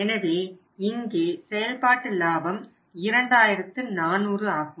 எனவே இங்கே செயல்பாட்டு லாபம் 2400 ஆகும்